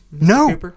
No